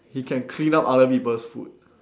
he can clean up other people's food